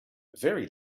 very